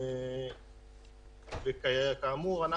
כאמור,